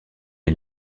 est